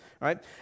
right